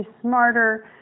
smarter